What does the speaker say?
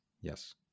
Yes